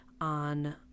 on